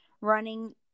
running